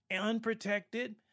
unprotected